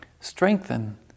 strengthen